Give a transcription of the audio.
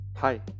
Hi